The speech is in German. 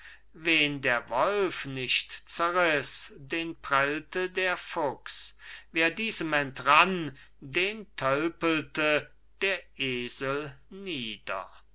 wen der wolf nicht zerriß den prellte der fuchs wer diesem entrann den tölpelte der esel nieder